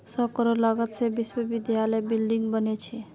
सौ करोड़ लागत से विश्वविद्यालयत बिल्डिंग बने छे